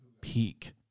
peak